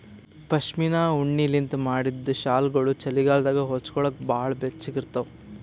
ಪಶ್ಮಿನಾ ಉಣ್ಣಿಲಿಂತ್ ಮಾಡಿದ್ದ್ ಶಾಲ್ಗೊಳು ಚಳಿಗಾಲದಾಗ ಹೊಚ್ಗೋಲಕ್ ಭಾಳ್ ಬೆಚ್ಚಗ ಇರ್ತಾವ